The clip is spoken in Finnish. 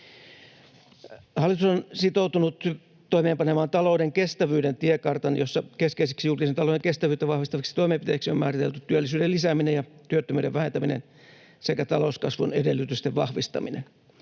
Hallitus on sitoutunut toimeenpanemaan talouden kestävyyden tiekartan, jossa keskeisiksi julkisen talouden kestävyyttä vahvistaviksi toimenpiteiksi on määritelty työllisyyden lisääminen ja työttömyyden vähentäminen sekä talouskasvun edellytysten vahvistaminen.